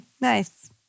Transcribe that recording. Nice